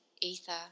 ether